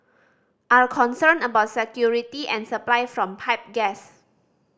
are concerned about security and supply from pipe gas